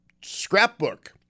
scrapbook